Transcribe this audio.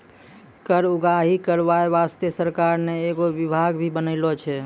कर उगाही करबाय बासतें सरकार ने एगो बिभाग भी बनालो छै